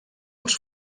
els